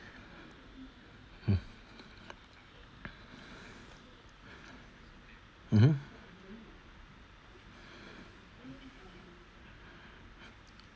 mm mmhmm